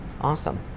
Awesome